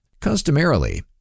Customarily